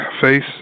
face